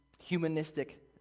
humanistic